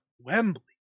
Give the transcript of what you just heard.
Wembley